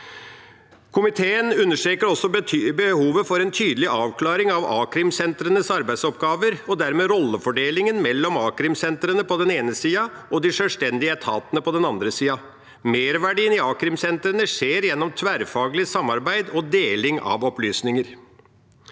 Komiteen understreker også behovet for en tydelig avklaring av a-krimsentrenes arbeidsoppgaver og dermed rollefordelingen mellom a-krimsentrene på den ene sida og de sjølstendige etatene på den andre sida. Merverdien i a-krimsentrene skjer gjennom tverrfaglig samarbeid og deling av opplysninger.